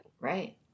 Right